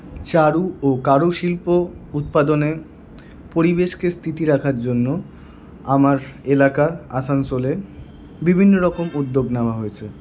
চারু ও কারু শিল্প উৎপাদনে পরিবেশকে স্থিতি রাখার জন্য আমার এলাকা আসানসোলে বিভিন্নরকম উদ্যোগ নেওয়া হয়েছে